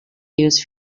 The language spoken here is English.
use